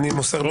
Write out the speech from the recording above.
את